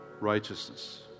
righteousness